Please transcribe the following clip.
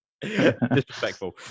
Disrespectful